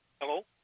Hello